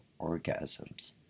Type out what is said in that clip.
orgasms